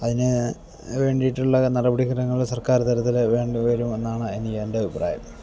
അതിനു വേണ്ടിയിട്ടുള്ള നടപടിക്രമങ്ങൾ സർക്കാർ തരത്തിൽ വേണ്ടിവരും എന്നാണ് എനിക്ക് എൻ്റെ അഭിപ്രായം